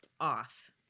off